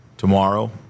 Tomorrow